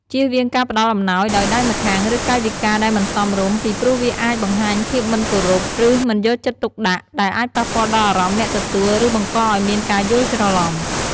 ជៀសវាងការផ្តល់អំណោយដោយដៃម្ខាង ឬកាយវិការដែលមិនសមរម្យ ពីព្រោះវាអាចបង្ហាញភាពមិនគោរព ឬមិនយកចិត្តទុកដាក់ ដែលអាចប៉ះពាល់ដល់អារម្មណ៍អ្នកទទួល ឬបង្កឲ្យមានការយល់ច្រឡំ។